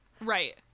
Right